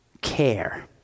care